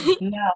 No